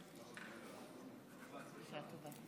(חותם על ההצהרה)